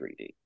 3D